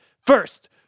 First